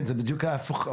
זה בדיוק הפוך.